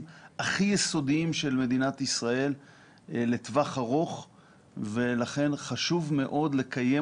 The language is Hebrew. הכי יסודיים של מדינת ישראל לטווח ארוך ולכן חשוב מאוד לקיים